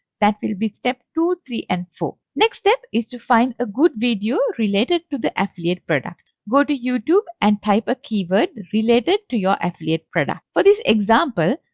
that will be step two, three and four. next step is to find a good video related to the affiliate product. go to youtube and type a keyword related to your affiliate product. for this example,